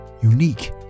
Unique